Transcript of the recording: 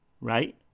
right